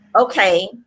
Okay